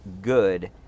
good